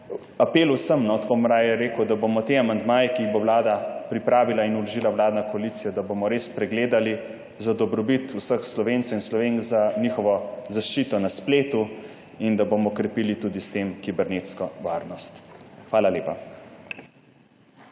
apel vsem, tako bom raje rekel, da bomo te amandmaje, ki jih bo vlada pripravila in vložila vladna koalicija, res pregledali za dobrobit vseh Slovencev in Slovenk za njihovo zaščito na spletu in da bomo krepili tudi s tem kibernetsko varnost. Hvala lepa.